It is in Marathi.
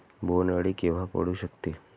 बोंड अळी केव्हा पडू शकते?